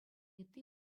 ытти